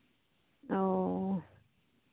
अओ